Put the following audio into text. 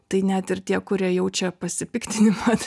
tai net ir tie kurie jaučia pasipiktinimą